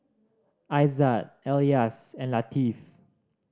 Aizat Elyas and Latif